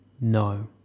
No